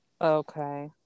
okay